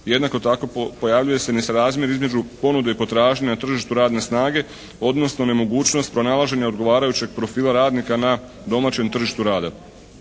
jednako tako pojavljuje se nesrazmjer između ponude i potražnje na tržištu radne snage odnosno nemogućnost pronalaženja odgovarajućeg profila radnika na domaćem tržištu rada.